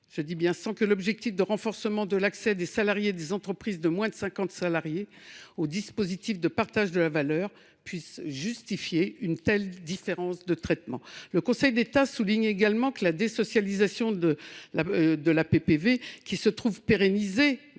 fiscale, sans que l’objectif de renforcement de l’accès des salariés des entreprises de moins de 50 salariés aux dispositifs de partage de la valeur puisse justifier une telle différence de traitement ». Le Conseil d’État souligne également que la désocialisation de la PPV, qui se trouve pérennisée